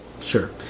Sure